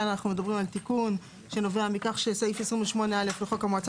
כאן אנחנו מדברים על תיקון שנובע מכך שסעיף 28(א) לחוק המועצה